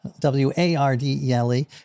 W-A-R-D-E-L-E